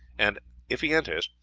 and if he enters,